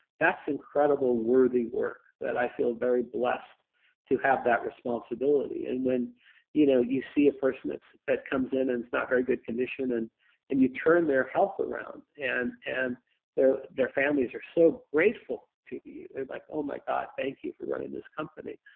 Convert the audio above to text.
that's incredible worthy work that i feel very blessed to have that responsibility. and when you know you see a person that comes in and is not very good condition and and you turn their health around and and their families are so grateful to you, they're like, oh, my god, thank you for running this company.